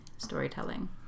storytelling